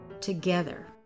together